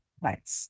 Right